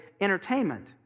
entertainment